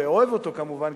ואוהב אותו כמובן,